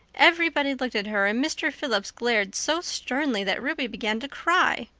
everybody looked at her and mr. phillips glared so sternly that ruby began to cry.